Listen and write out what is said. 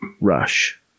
rush